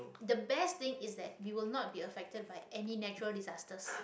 the best thing is that we will not be affected by any natural disasters